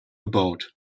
about